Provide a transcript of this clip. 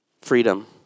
freedom